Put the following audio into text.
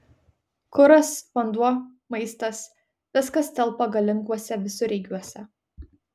kuras vanduo maistas viskas telpa galinguose visureigiuose